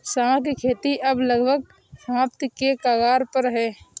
सांवा की खेती अब लगभग समाप्ति के कगार पर है